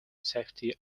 safety